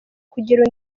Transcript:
kugira